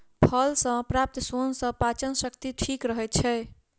फल सॅ प्राप्त सोन सॅ पाचन शक्ति ठीक रहैत छै